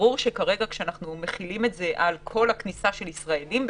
ברור שכשאנחנו מחילים על כל הכניסה של ישראלים,